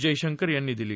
जयशंकर यांनी दिली